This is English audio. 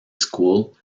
school